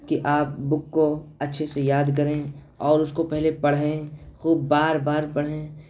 کہ آپ بک کو اچھے سے یاد کریں اور اس کو پہلے پڑھیں خوب بار بار پڑھیں